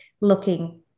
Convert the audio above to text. looking